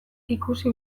ikusi